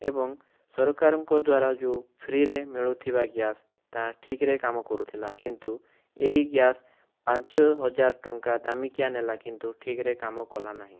ଏବଂ ସରକାରଙ୍କ ଦ୍ଵାରା ଯୋଉ ଫ୍ରି'ରେ ମିଳୁଥିବା ଗ୍ୟାସ୍ ତା ଠିକ୍ରେ କାମ କରୁଥିଲା କିନ୍ତୁ ଏଇ ଗ୍ୟାସ୍ ପାଞ୍ଚହଜାର ଟଙ୍କା ଦାମିକିଆ ନେଲା କିନ୍ତୁ ଠିକ୍ରେ କାମକଲା ନାହିଁ